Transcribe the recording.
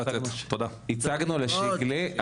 הצגנו לשיקלי.